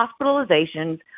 Hospitalizations